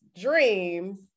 dreams